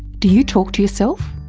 do you talk to yourself?